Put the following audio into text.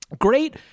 great